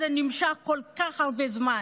העוול הזה נמשך כל כך הרבה זמן.